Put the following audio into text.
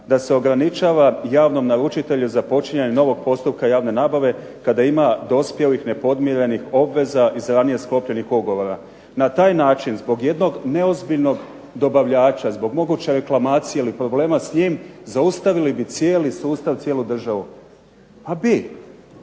da se ograničava javnom naručitelju započinjanje novog postupka javne nabave kada ima dospjelih nepodmirenih obveza iz ranije sklopljenih ugovora. Na taj način zbog jednog neozbiljnog dobavljača, zbog moguće reklamacije ili problema s njim zaustavili bi cijeli sustav, cijelu državu. Bi,